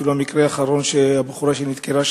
המקרה האחרון היה של הבחורה שנדקרה,